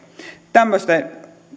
tämmöinen